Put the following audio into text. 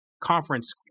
conference